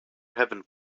heaven